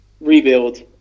rebuild